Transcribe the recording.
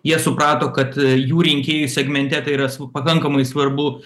jie suprato kad jų rinkėjų segmente tai yra s pakankamai svarbu